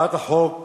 הצעת החוק